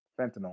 fentanyl